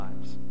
lives